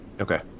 okay